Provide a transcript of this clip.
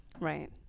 Right